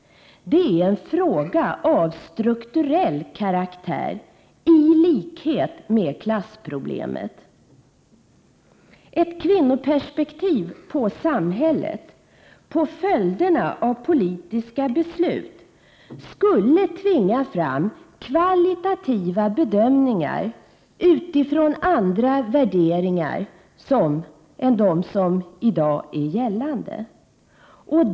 Det är en fråga av strukturell karaktär i likhet med klassproblemet. Ett kvinnoperspektiv på följderna i samhället av politiska beslut skulle tvinga fram kvalitativa bedömningar utifrån andra värderingar än de i dag gällande.